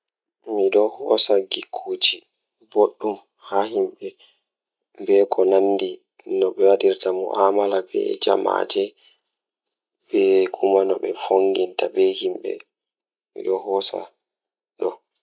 Ko mi yiɗi waɗude hoore laamɗe e jeyɓe, hakke e fowru, Waɗude sabu yimɓe njifti e wuro. Ko miɗo yiɗde rewɓe waɗi tawde e laamɗe e njoɓdi.